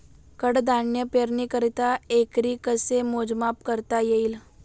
कडधान्य पेरणीकरिता एकरी कसे मोजमाप करता येईल?